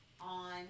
on